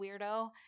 weirdo